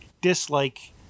dislike